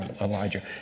Elijah